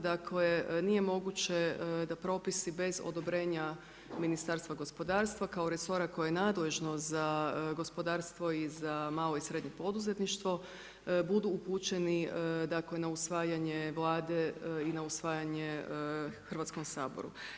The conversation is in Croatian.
Dakle nije moguće da propisi bez odobrenja Ministarstva gospodarstva kao resora koje je nadležno za gospodarstvo za malo i srednje poduzetništvo budu upućeni na usvajanje Vlade i na usvajanje Hrvatskom saboru.